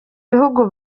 bihugu